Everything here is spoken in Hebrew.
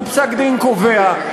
הוא פסק-דין קובע.